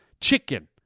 chicken